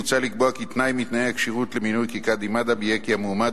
מוצע לקבוע כי תנאי מתנאי הכשירות למינוי כקאדי מד'הב יהיה כי המועמד